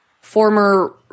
former